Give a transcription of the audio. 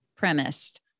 Premised